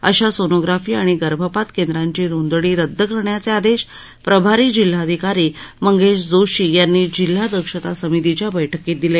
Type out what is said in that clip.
अशा सोनोग्राफी आणि गर्भपात केंद्रांची नोंदणी रदद करण्याचे आदेश प्रभारी जिल्हाधिकारी मंगेश जोशी यांनी जिल्हा दक्षता समितीच्या बैठकीत दिले